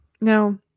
Now